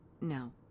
No